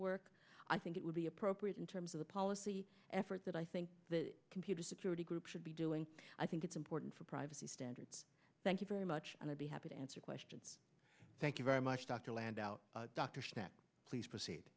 work i think it would be appropriate in terms of the policy effort that i think the computer security group should be doing i think it's important for privacy standards thank you very much and i'd be happy to answer questions thank you very much dr land out dr smith please proceed